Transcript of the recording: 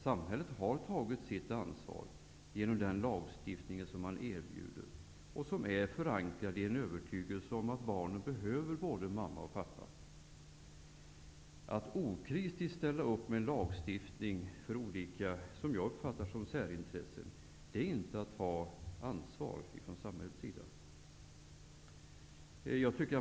Samhället har tagit sitt ansvar genom den lagstiftning man erbjuder, som är förankrad i övertygelsen att barnen behöver både en mamma och en pappa. Att okritiskt ställa upp med en lagstiftning för vad som jag uppfattar som olika särintressen, är inte att ta ansvar från samhällets sida.